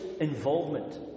involvement